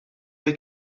they